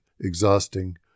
exhausting